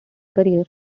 career